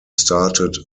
started